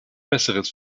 besseres